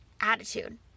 attitude